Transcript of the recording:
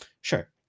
Sure